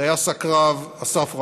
טייס הקרב אסף רמון.